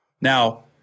Now